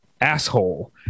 asshole